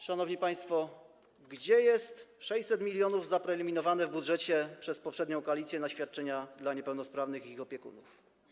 Szanowni państwo, gdzie jest 600 mln zapreliminowane w budżecie przez poprzednią koalicję na świadczenia dla niepełnosprawnych i ich opiekunów?